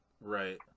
Right